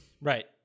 Right